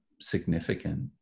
significant